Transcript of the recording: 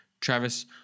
Travis